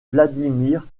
vladimir